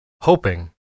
hoping